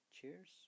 cheers